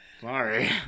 Sorry